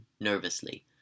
nervously